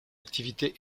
activité